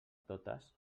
totes